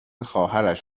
خواهرش